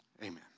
Amen